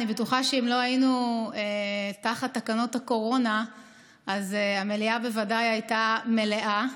אני בטוחה שאם לא היינו תחת תקנות קורונה אז המליאה בוודאי הייתה מלאה.